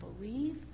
believe